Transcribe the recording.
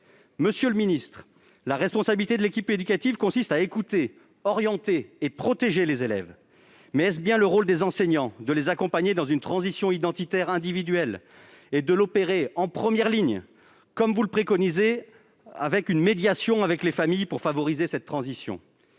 d'ailleurs ? La responsabilité de l'équipe éducative consiste à écouter, orienter et protéger les élèves. Mais est-ce bien le rôle des enseignants de les accompagner dans une transition identitaire individuelle et de l'opérer en première ligne, comme préconisé par M. le ministre, avec une médiation avec les familles pour favoriser cette transition ?